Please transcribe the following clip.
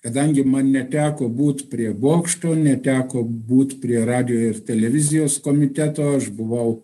kadangi man neteko būt prie bokšto neteko būt prie radijo ir televizijos komiteto aš buvau